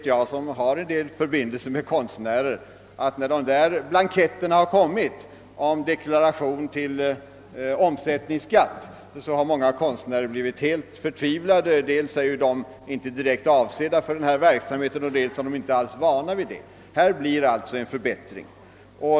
Jag har en del förbindelser med konstnärer, och jag vet, att när konstnärerna fått blanketterna för deklaration till omsättningsskatt, så har många av dem blivit helt förtvivlade; dels är blanketterna inte direkt avsedda för konstnärlig verksamhet, dels är konstnärerna inte alls vana vid att fylla i sådana blanketter. Härvidlag blir det alltså en förbättring.